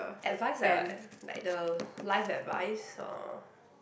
advice like what like the life advice or